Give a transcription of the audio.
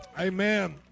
Amen